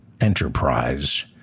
enterprise